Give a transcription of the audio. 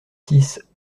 six